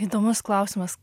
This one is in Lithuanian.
įdomus klausimas